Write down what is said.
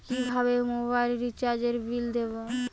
কিভাবে মোবাইল রিচার্যএর বিল দেবো?